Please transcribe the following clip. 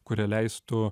kurie leistų